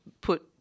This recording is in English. put